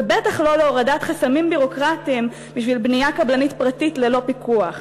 ובטח לא להורדת חסמים ביורוקרטיים בשביל בנייה קבלנית פרטית ללא פיקוח,